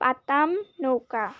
পাতাম নৌকা